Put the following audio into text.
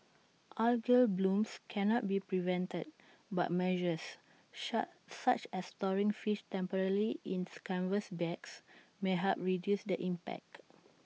algal blooms cannot be prevented but measures such as storing fish temporarily in canvas bags may help reduce the impact